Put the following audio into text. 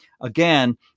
Again